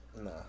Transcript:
Nah